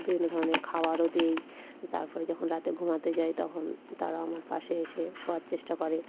বিভিন্ন ধরনের খাবারও দিই তার পরে যখন রাতে ঘুমাতে যাই তখন তারা আমার পাশে এসে শোয়ার চেষ্টা করে